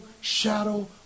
shadow